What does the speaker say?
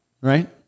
Right